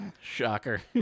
Shocker